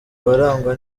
abarangwa